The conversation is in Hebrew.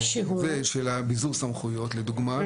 של ביזור סמכויות לדוגמה,